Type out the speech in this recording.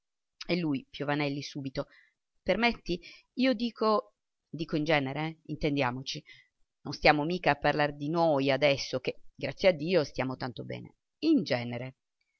e lui piovanelli subito permetti io dico dico in genere intendiamoci non stiamo mica a parlar di noi adesso che grazie a dio stiamo tanto bene in genere